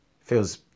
feels